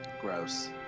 Gross